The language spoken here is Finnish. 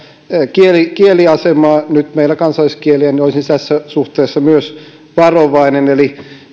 kieliasemaa meidän kansalliskieliä niin olisin tässä suhteessa myös varovainen eli